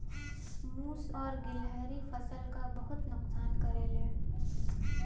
मुस और गिलहरी फसल क बहुत नुकसान करेले